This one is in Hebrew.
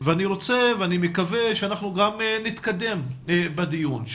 ואני מקווה שאנחנו גם נתקדם בדיון,